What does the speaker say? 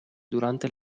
durante